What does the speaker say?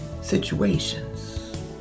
situations